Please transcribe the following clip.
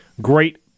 Great